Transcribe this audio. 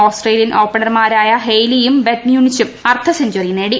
Australian ഓപ്പണർമാരായ ഹെയ്ലിയും Beth മൂണിച്ചും അർദ്ധ സെഞ്ചറി നേടി